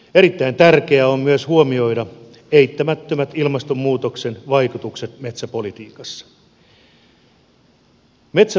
erittäin tärkeää on myös huomioida eittämättömät ilmastonmuutoksen vaikutukset metsäpolitiikassa